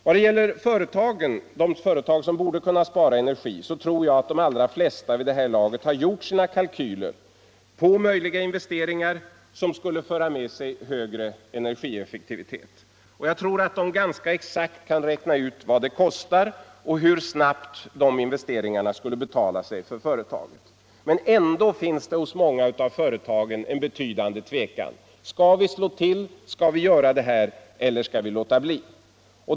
Vad gäller de företag som borde kunna spara energi tror jag att de allra flesta vid det här laget har gjort sina kalkyler på möjliga investeringar, som skulle föra med sig en högre energieffektivitet. Jag tror också att de ganska exakt kan räkna ut vad det kostar och hur snabbt investeringarna skulle betala sig för företaget i fråga. Men ändå finns hos många av företagen en betydande tvekan: Skall vi slå till, skall vi göra det här eller skall vi låta bli?